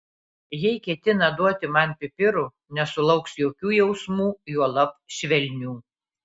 jei ketina duoti man pipirų nesulauks jokių jausmų juolab švelnių